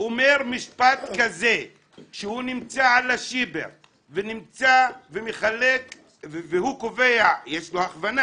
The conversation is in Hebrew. אומר משפט כזה כשהוא נמצא על השיבר ומחלק והוא קובע יש לו הכוונה